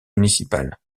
municipale